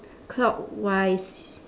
clockwise